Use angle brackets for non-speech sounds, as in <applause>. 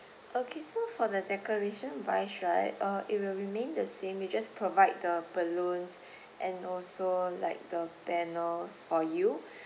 okay so for the decoration wise right uh it will remain the same we just provide the balloons <breath> and also like the banners for you